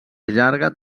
llarga